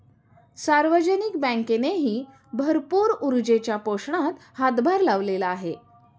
सार्वजनिक बँकेनेही भरपूर ऊर्जेच्या पोषणात हातभार लावलेला आहे